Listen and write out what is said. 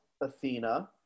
Athena